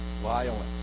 violence